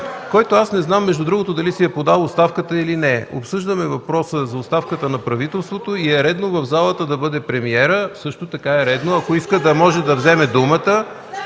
който, между другото, аз не знам дали си е подал оставката или не е. Обсъждаме въпроса за оставката на правителството и е редно в залата да бъде премиерът, а също така е редно, ако иска, да може да вземе думата…